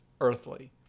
earthly